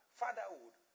fatherhood